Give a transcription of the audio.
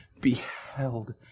beheld